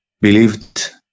believed